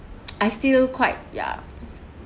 I still quite ya